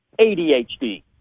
ADHD